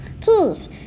please